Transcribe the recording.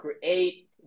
create